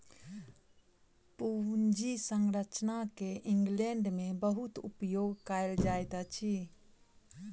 पूंजी संरचना के इंग्लैंड में बहुत उपयोग कएल जाइत अछि